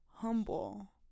humble